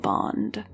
Bond